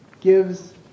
Gives